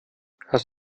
hast